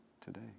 today